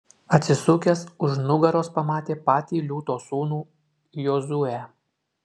atsisukęs už nugaros pamatė patį liūto sūnų jozuę